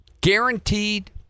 Guaranteed